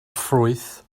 ffrwyth